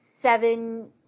seven